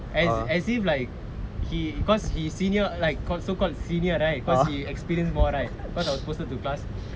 as as if like he because he senior like so called senior right because he experienced more right because I was posted to class